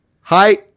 hi